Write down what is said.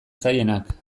zailenak